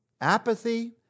Apathy